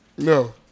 No